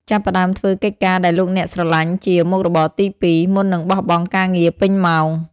ចាប់ផ្តើមធ្វើកិច្ចការដែលលោកអ្នកស្រលាញ់ជា "មុខរបរទីពីរ" មុននឹងបោះបង់ការងារពេញម៉ោង។